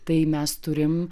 tai mes turim